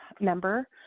member